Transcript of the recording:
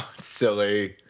Silly